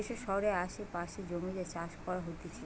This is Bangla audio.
যে সব শহরের আসে পাশের জমিতে চাষ করা হতিছে